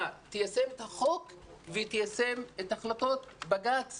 תיישם את החוק ותיישם את החלטות בג"ץ